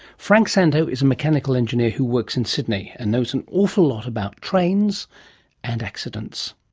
frank szanto is a mechanical engineer who works in sydney and knows an awful lot about trains and accidents.